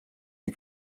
die